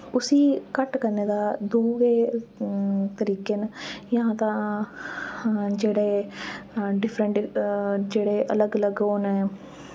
उस्सी घट्ट करने दा दो गै तरीके न यां तां जेह्ड़े ऐ डिफरेंट जेह्ड़े अलग अलग ओह् न